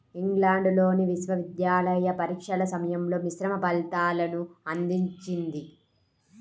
ఇంగ్లాండ్లోని విశ్వవిద్యాలయ పరీక్షల సమయంలో మిశ్రమ ఫలితాలను అందించింది